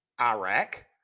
Iraq